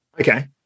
Okay